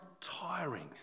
tiring